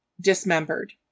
dismembered